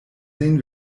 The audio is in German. sehen